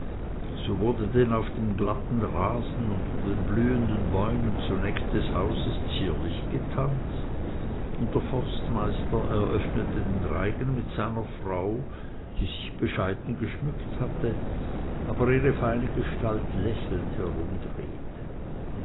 so wurde denn auf dem glatten rasen unter den blühenden bäumen zunächst des hauses zierlich getanzt und der forstmeister eröffnete den reigen mit seiner frau die sich bescheiden geschmückt hatte aber ihre feine gestalt lächelnd herumdrehte